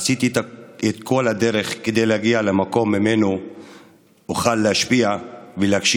עשיתי את כל הדרך כדי להגיע למקום שממנו אוכל להשפיע ולהגשים